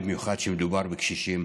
במיוחד כשמדובר בקשישים.